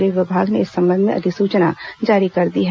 गृह विभाग ने इस संबंध में अधिसूचना जारी कर दी है